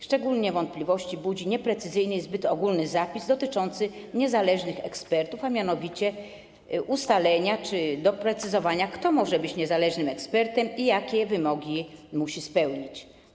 Szczególnie wątpliwości budzi nieprecyzyjny, zbyt ogólny zapis dotyczący niezależnych ekspertów, chodzi mianowicie o ustalenie czy doprecyzowanie, kto może być niezależnym ekspertem i jakie wymogi musi spełnić.